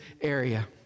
area